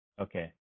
Okay